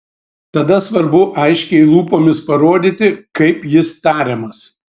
tada svarbu aiškiai lūpomis parodyti kaip jis tariamas